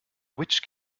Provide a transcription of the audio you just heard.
witch